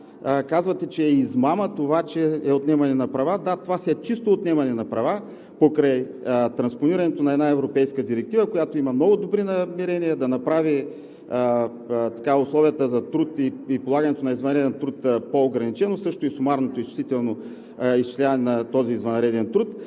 казвате, че е измама това отнемане на права. Да, това си е чисто отнемане на права покрай транспонирането на една европейска директива, която има много добри намерения да направи условията и полагането на извънреден труд по-ограничено, а също и сумарното изчисляване на този извънреден труд.